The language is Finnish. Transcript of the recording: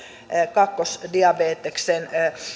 kakkosdiabeteksen